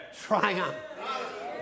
triumph